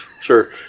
Sure